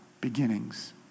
beginnings